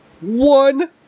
one